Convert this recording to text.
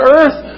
earth